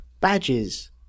badges